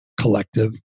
collective